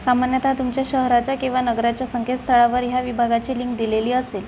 सामान्यतः तुमच्या शहराच्या किंवा नगराच्या संकेतस्थळावर ह्या विभागाची लिंक दिलेली असेल